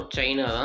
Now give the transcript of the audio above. China